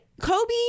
Kobe